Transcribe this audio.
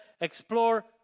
explore